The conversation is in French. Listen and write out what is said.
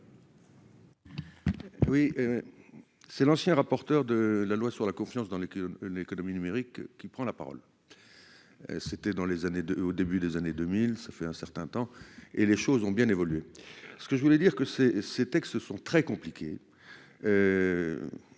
Oui, c'est l'ancien rapporteur de la loi sur la confiance dans les cuisines, l'économie numérique qui prend la parole, c'était dans les années 2 au début des années 2000, ça fait un certain temps et les choses ont bien évolué, ce que je voulais dire que ces ces textes sont très compliqué